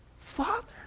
Father